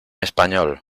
español